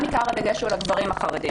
במשרד העבודה עיקר הדגש הוא על הגברים החרדים.